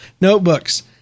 Notebooks